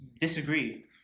disagree